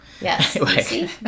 yes